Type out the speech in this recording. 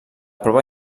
prova